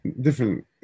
different